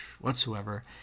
whatsoever